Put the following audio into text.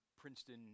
Princeton